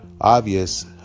obvious